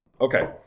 Okay